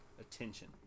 attention